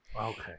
Okay